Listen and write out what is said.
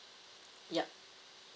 yup